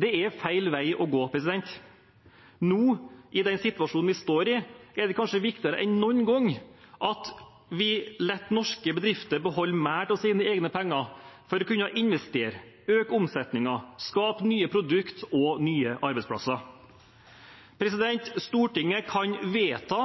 Det er feil vei å gå. Nå, i den situasjonen vi står i, er det kanskje viktigere enn noen gang at vi lar norske bedrifter beholde mer av sine egne penger for å kunne investere, øke omsetningen og skape nye produkter og nye arbeidsplasser. Stortinget kan vedta